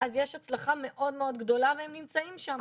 אז יש הצלחה מאוד מאוד גדולה והם נמצאים שם.